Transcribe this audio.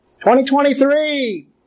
2023